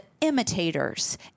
imitators